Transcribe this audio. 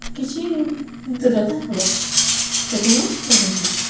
କିଛି ଦୂରତା ହେବ ସେଇଠି ମୁଁ ପଢ଼ୁଛିି